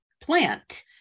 plant